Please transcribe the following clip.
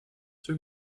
two